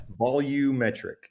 Volumetric